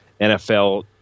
NFL